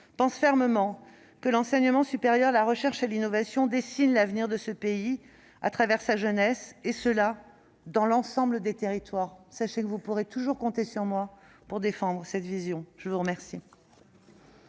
pense fermement que l'enseignement supérieur, la recherche et l'innovation dessinent l'avenir de ce pays, à travers sa jeunesse, dans l'ensemble des territoires. Sachez que vous pourrez toujours compter sur moi pour défendre cette vision. La discussion